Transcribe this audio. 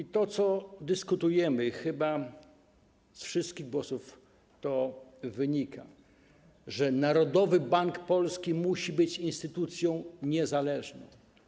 O tym dyskutujemy i chyba z wszystkich głosów to wynika, że Narodowy Bank Polski musi być instytucją niezależną.